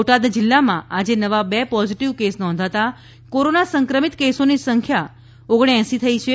બોટાદ જીલ્લામાં આજે નવા બે પોઝીટીવ કેસ નોંધાતા કોરોના સંક્રમિત કેસોની કુલ સંખ્યા ઓગણએંસી થઇ છે